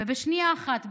ובשנייה אחת,